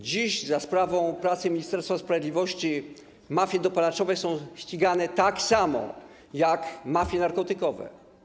Dziś za sprawą pracy Ministerstwa Sprawiedliwości mafie dopalaczowe są ścigane tak samo jak mafie narkotykowe.